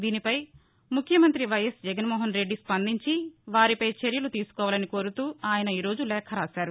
దీనిపై ముఖ్యమంతి వైఎస్ జగన్మోహన్రెడ్డి స్పందించి వారిపై చర్యలు తీసుకోవాలని కోరుతూ ఆయన ఈ రోజు లేఖ రాశారు